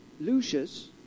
Lucius